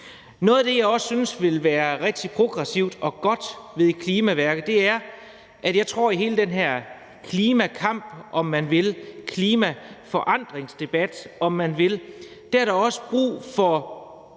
Noget af det, jeg også synes ville være rigtig progressivt og godt ved et klimamærke, er, at jeg tror, at i hele den her klimakamp, om man vil, klimaforandringsdebat, om man vil, er der også brug for